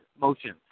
motion